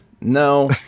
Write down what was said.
no